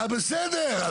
אז בסדר.